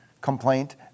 complaint